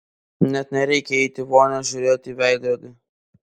net nereikia eiti į vonią žiūrėti į veidrodį